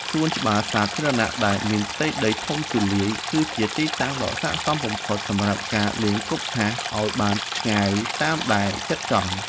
សួនច្បារសាធារណៈដែលមានផ្ទៃដីធំទូលាយ គឺជាទីតាំងដ៏ស័ក្តិសមបំផុតសម្រាប់ការលេងគប់ថាសឱ្យបានឆ្ងាយតាមដែលចិត្តចង់។